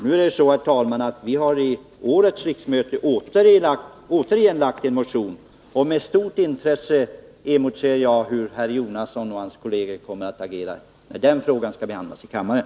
Vi har till årets riksmöte åter väckt en motion, och med stort intresse emotser jag nu hur Bertil Jonasson och hans kolleger kommer att agera när den motionen skall behandlas i kammaren.